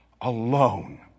Alone